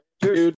dude